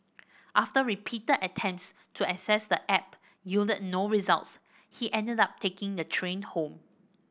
after repeated attempts to access the app yielded no results he ended up taking the train home